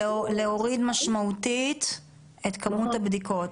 להוריד משמעותית את כמות הבדיקות.